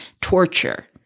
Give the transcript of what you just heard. torture